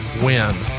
win